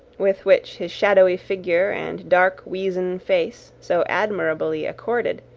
with which his shadowy figure and dark weazen face so admirably accorded,